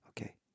Okay